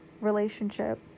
relationship